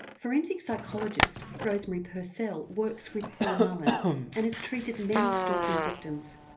forensic psychologist rosemary purcell works with paul mullen and has treated many stalking victims.